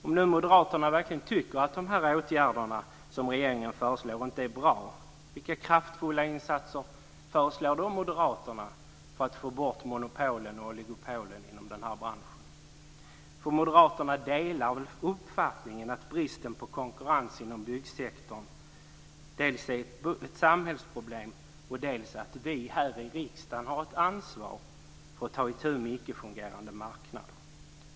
Om nu moderaterna verkligen tycker att de åtgärder som regeringen föreslår inte är bra, vilka kraftfulla insatser föreslår då moderaterna för att få bort monopolen och oligopolen inom branschen? Moderaterna delar väl uppfattningen dels att bristen på konkurrens inom byggsektorn är ett samhällsproblem, dels att vi här i riksdagen har ett ansvar för att ta itu med icke-fungerande marknader?